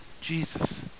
Jesus